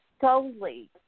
solely